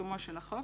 פרסומו של החוק,